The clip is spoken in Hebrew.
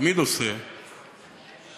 תמיד עושה בשתיקה.